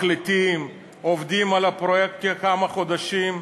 מחליטים, עובדים על הפרויקט כמה חודשים,